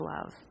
love